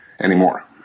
anymore